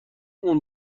اون